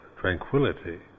tranquility